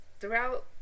throughout